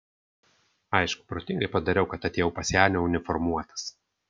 aišku protingai padariau kad atėjau pas ją neuniformuotas